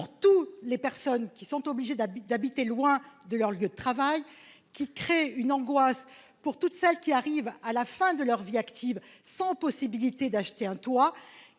pour tous les personnes qui sont obligés d'habitude d'habiter loin de leur lieu de travail, qui crée une angoisse pour toutes celles qui arrive à la fin de leur vie active sans possibilité d'acheter un toi